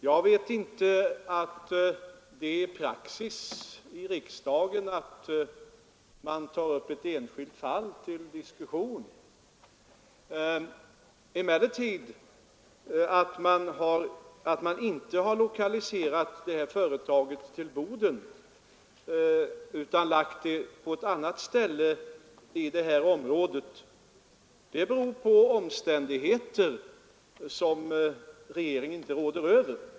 Herr talman! Det är inte praxis att man tar upp ett enskilt fall till diskussion i en frågedebatt. Att företaget inte har lokaliserats till Boden utan förlagts till ett annat ställe i området beror emellertid på omständigheter som regeringen inte råder över.